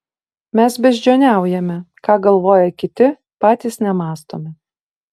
mes beždžioniaujame ką galvoja kiti patys nemąstome